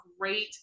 great